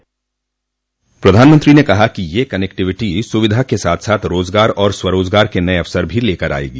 प्रधानमंत्री ने कहा कि ये कनेक्टिविटी सुविधा के साथ साथ रोजगार और स्वरोजगार के नए अवसर भी लेकर आएगी